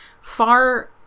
far